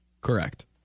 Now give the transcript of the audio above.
Correct